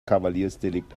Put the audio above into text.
kavaliersdelikt